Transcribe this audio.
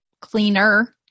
cleaner